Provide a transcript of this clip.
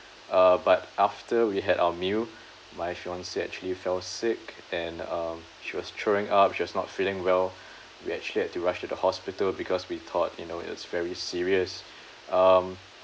uh but after we had our meal my fiancee actually fell sick and um she was throwing up she was not feeling well we actually had to rush to the hospital because we thought you know it's very serious um